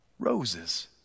Roses